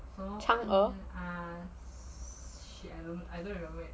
长儿